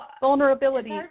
Vulnerability